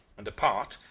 and apart,